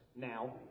Now